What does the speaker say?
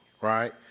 right